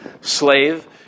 slave